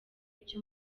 icyo